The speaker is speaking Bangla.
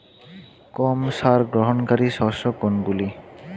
কম সার গ্রহণকারী শস্য কোনগুলি?